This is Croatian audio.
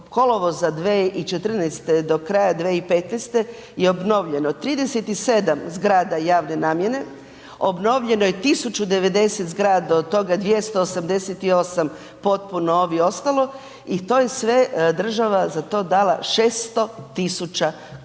kolovoza 2014. do kraja 2015. je obnovljeno 37 zgrada javne namijene, obnovljeno je 1090 zgrada, od toga 288 potpuno, ovi ostalo, i to je sve država za to dala 600 tisuća